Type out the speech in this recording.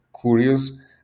curious